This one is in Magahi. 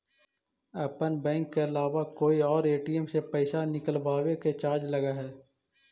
अपन बैंक के अलावा कोई और ए.टी.एम से पइसा निकलवावे के चार्ज लगऽ हइ